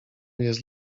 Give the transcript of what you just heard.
jest